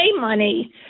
money